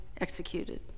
executed